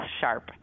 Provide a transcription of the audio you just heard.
sharp